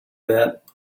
that